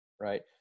right